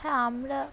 হ্যাঁ আমরা